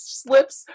slips